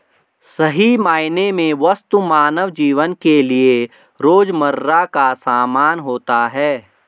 सही मायने में वस्तु मानव जीवन के लिये रोजमर्रा का सामान होता है